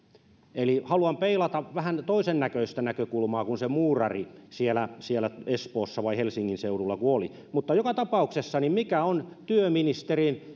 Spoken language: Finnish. eli haluan peilata vähän toisennäköistä näkökulmaa kuin se muurari siellä siellä espoossa vai helsingin seudulla kun oli mutta joka tapauksessa mikä on työministerin